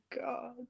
god